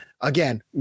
Again